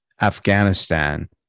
Afghanistan